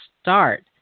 start